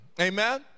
amen